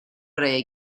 araya